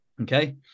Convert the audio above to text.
Okay